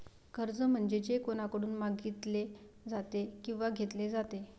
कर्ज म्हणजे जे कोणाकडून मागितले जाते किंवा घेतले जाते